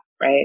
right